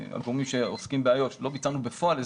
עבור מי שעוסקים באיו"ש הסדר,